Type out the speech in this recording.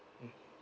uh